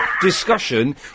discussion